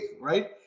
right